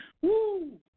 Woo